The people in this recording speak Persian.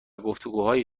گفتگوهای